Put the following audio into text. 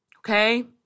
okay